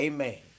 Amen